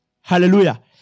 Hallelujah